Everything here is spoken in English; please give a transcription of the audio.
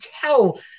tell